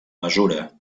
mesura